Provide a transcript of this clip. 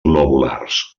globulars